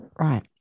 Right